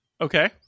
Okay